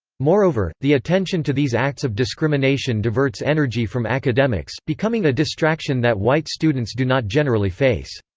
moreover, the attention to these acts of discrimination diverts energy from academics, becoming a distraction that white students do not generally face.